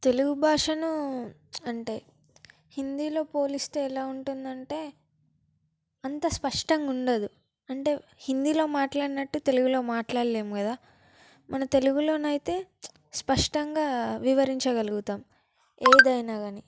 తెలుగు భాషను అంటే హిందీలో పోలిస్తే ఎలా ఉంటుందంటే అంత స్పష్టంగా ఉండదు అంటే హిందీలో మాట్లాడినట్టు తెలుగులో మాట్లాడలేం కదా మన తెలుగులోనైతే స్పష్టంగా వివరించగలుగుతాం ఏదైనా కానీ